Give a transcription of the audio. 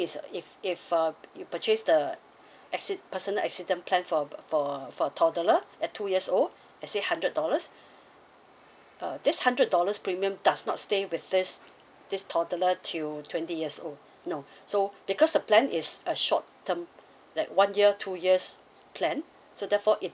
is if if uh you purchased the acci~ personal accident plan for for a toddler at two years old let say hundred dollars uh this hundred dollars premium does not stay with this this toddler till twenty years old no so because the plan is a short term like one year two years plan so therefore it